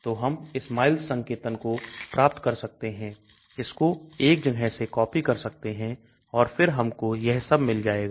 तो हम SMILES संकेतन को प्राप्त कर सकते हैं इसको एक जगह से कॉपी कर सकते हैं और फिर हमको यह सब मिल जाएगा